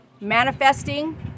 manifesting